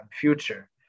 future